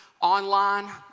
online